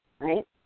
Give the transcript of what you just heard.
Right